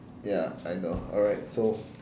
ya I know alright so